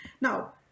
now